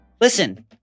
Listen